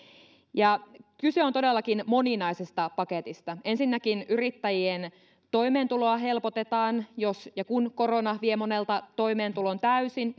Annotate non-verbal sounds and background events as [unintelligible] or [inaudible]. kyse on todellakin moninaisesta paketista ensinnäkin yrittäjien toimeentuloa helpotetaan jos ja kun korona vie monelta toimeentulon täysin [unintelligible]